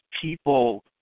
people